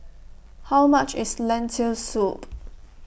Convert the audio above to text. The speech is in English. How much IS Lentil Soup